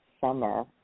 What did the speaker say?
summer